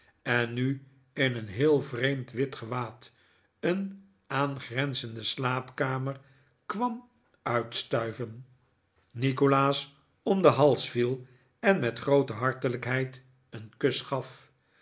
en nu in een heel vreemd wit gewaad een aangrenzende slaapkamer kwam uitstuiven nikolaas om den hals viel en met groote jhartelijkheid een kus gaf